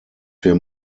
wir